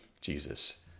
Jesus